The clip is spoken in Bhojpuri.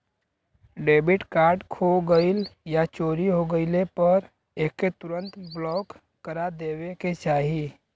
डेबिट कार्ड खो गइल या चोरी हो गइले पर एके तुरंत ब्लॉक करा देवे के चाही